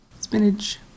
spinach